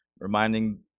reminding